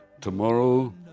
tomorrow